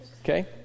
okay